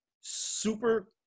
super